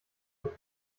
mit